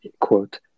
quote